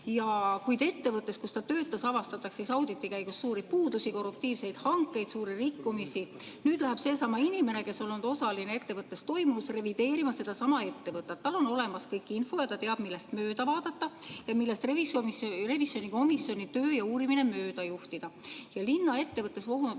kuid ettevõttes, kus ta töötas, avastatakse auditi käigus suuri puudusi, korruptiivseid hankeid, suuri rikkumisi. Nüüd läheb seesama inimene, kes on olnud osaline ettevõttes toimuvas, revideerima sedasama ettevõtet. Tal on olemas kõik info, nii et ta teab, millest mööda vaadata ning millest revisjonikomisjoni töö ja uurimine mööda juhtida. Linna ettevõttes vohav